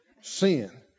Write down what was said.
sin